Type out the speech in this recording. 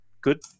good